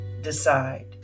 decide